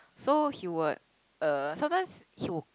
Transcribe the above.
so he would uh sometimes he will